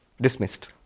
Dismissed